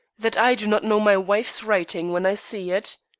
that i do not know my wife's writing when i see it?